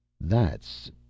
That's